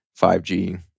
5G